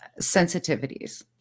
sensitivities